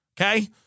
Okay